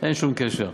אין שום קשר.